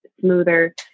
smoother